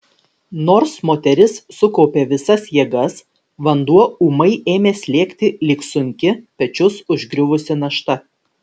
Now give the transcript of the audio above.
nors moteris sukaupė visas jėgas vanduo ūmai ėmė slėgti lyg sunki pečius užgriuvusi našta